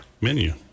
Menu